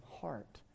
heart